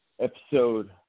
episode